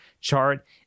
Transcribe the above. chart